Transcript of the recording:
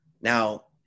Now